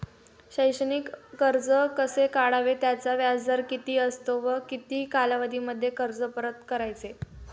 शैक्षणिक कर्ज कसे काढावे? त्याचा व्याजदर किती असतो व किती कालावधीमध्ये कर्ज परत करायचे?